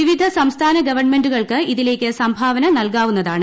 വിവിധ സംസ്ഥാന ഗവൺമെൻുകൾക്ക് ഇതിലേക്ക് സംഭാവന നൽകാവുന്നതാണ്